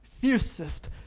fiercest